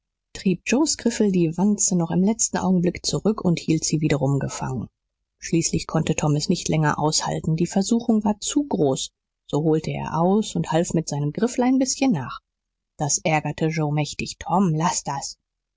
trieb joes griffel die wanze noch im letzten augenblick zurück und hielt sie wiederum gefangen schließlich konnte tom es nicht länger aushalten die versuchung war zu groß so holte er aus und half mit seinem griffel ein bißchen nach das ärgerte joe mächtig tom laß das